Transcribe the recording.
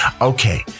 okay